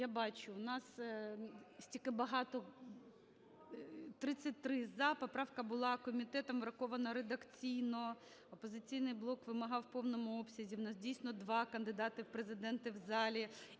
Я бачу, у нас стільки багато, 33 "за", поправка була комітетом врахована редакційно. "Опозиційний блок" вимагав у повному обсязі, у нас дійсно два кандидати у Президенти в залі